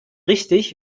richtig